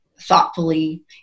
thoughtfully